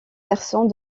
versant